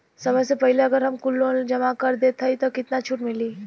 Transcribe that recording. समय से पहिले अगर हम कुल लोन जमा कर देत हई तब कितना छूट मिली?